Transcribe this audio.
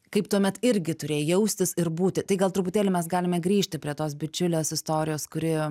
kaip tuomet irgi turėjai jaustis ir būti tai gal truputėlį mes galime grįžti prie tos bičiulės istorijos kuri